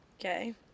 Okay